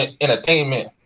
Entertainment